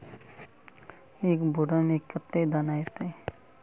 एक बोड़ा में कते दाना ऐते?